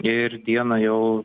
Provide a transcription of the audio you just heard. ir dieną jau